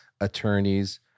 attorneys